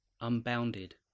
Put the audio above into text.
unbounded